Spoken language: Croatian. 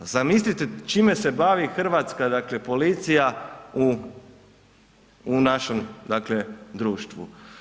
Zamislite čime se bavi hrvatska dakle policija u našem društvu.